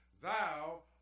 thou